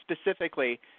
specifically